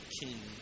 king